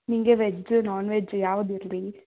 ನಿನಗೆ veg non veg ಯಾವುದಿರಲಿ